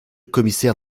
commissaire